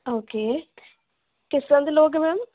okay ਕਿਸ ਤਰ੍ਹਾਂ ਦੇ ਲਉਗੇ ਮੈਮ